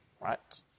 right